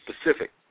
specific